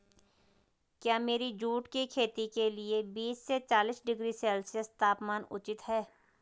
क्या मेरी जूट की खेती के लिए बीस से चालीस डिग्री सेल्सियस तापमान उचित है?